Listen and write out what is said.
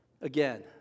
Again